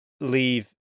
leave